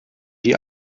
die